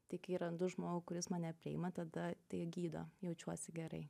tai kai randu žmogų kuris mane priima tada tai gydo jaučiuosi gerai